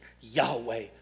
Yahweh